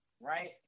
Right